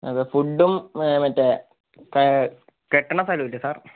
അതെ ഫുഡും മറ്റേ കെട്ടണ സ്ഥലമില്ലെ